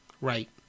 Right